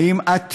האם את,